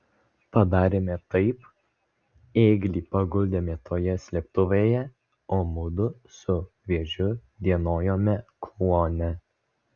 padarėme taip ėglį paguldėme toje slėptuvėje o mudu su vėžiu dienojome kluone